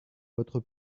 votre